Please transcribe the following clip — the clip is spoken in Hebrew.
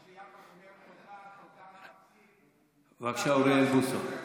וכשיעקב אומר, בבקשה, אוריאל בוסו.